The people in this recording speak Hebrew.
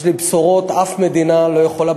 יש לי בשורות: אף מדינה לא יכולה,